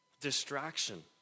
Distraction